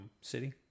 City